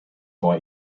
boy